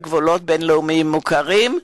עם גבולות בין-לאומיים מוכרים,